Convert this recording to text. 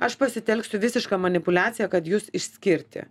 aš pasitelksiu visišką manipuliaciją kad jūs išskirti